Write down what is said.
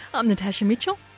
i'm natasha mitchell.